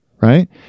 right